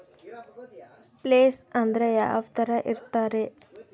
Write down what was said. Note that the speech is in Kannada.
ಪ್ಲೇಸ್ ಅಂದ್ರೆ ಯಾವ್ತರ ಇರ್ತಾರೆ?